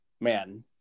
man